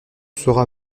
sera